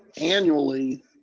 annually